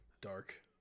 dark